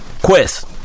Quest